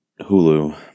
Hulu